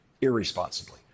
irresponsibly